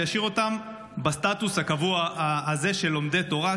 וישאיר אותם בסטטוס הקבוע הזה של לומדי תורה,